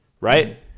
right